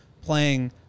playing